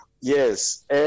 Yes